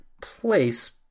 place